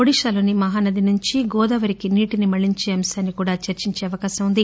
ఒడిశాలోని మహానది నుంచి గోదావరికి నీటిని మల్లించే అంశాన్ని కూడా చర్చించే అవకాశం ఉంది